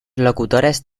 locutores